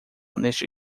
neste